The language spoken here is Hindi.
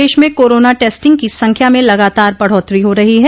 प्रदेश में कोरोना टेस्टिंग की संख्या में लगातार बढ़ोत्तरी हो रही है